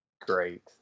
great